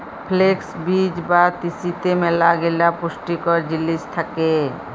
flakes বীজ বা তিসিতে ম্যালাগিলা পুষ্টিকর জিলিস থ্যাকে